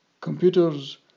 Computers